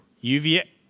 UVA